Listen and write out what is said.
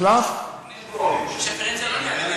מחלף דרור.